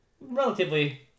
relatively